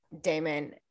Damon